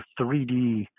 3D